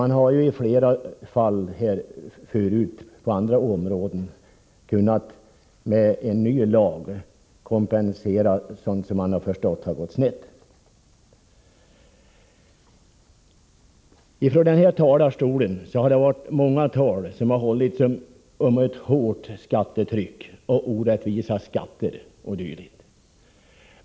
Man har i flera fall på andra områden efter en ny lag kunnat kompensera vad man ansett har gått snett på grund av den äldre lagen. Från kammarens talarstol har det hållits många tal om hårt skattetryck, orättvisa skatter, o.d.